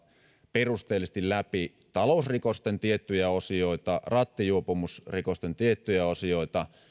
perusteellisesti läpi talousrikosten tiettyjä osioita rattijuopumusrikosten tiettyjä osioita